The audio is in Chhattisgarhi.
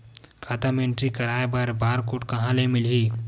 खाता म एंट्री कराय बर बार कोड कहां ले मिलही?